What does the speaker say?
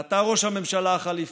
ואתה, ראש הממשלה החליפי,